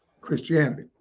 Christianity